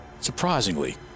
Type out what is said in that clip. Surprisingly